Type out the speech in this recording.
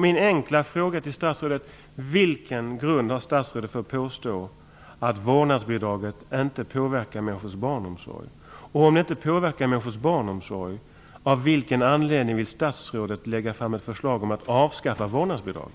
Min enkla fråga till statsrådet är: Vilken grund har statsrådet för sitt påstående om att vårdnadsbidraget inte påverkar människors barnomsorg - och om det inte påverkar människors barnomsorg, av vilken anledning vill då statsrådet lägga fram ett förslag om ett avskaffande av vårdnadsbidraget?